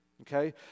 okay